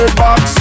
box